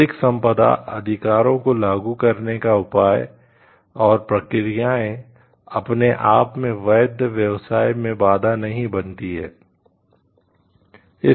बौद्धिक संपदा अधिकारों को लागू करने के उपाय और प्रक्रियाएं अपने आप में वैध व्यवसाय में बाधा नहीं बनती हैं